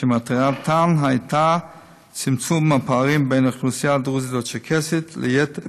ואשר מטרתן הייתה צמצום הפערים בין האוכלוסייה הדרוזית והצ'רקסית ליתר